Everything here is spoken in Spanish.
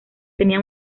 tenía